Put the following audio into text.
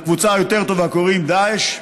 לקבוצה היותר טובה קוראים דאעש,